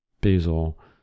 Basil